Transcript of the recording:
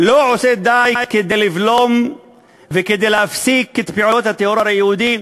לא עושים די לבלום ולהפסיק את פעולות הטרור היהודי,